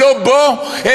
לא בו,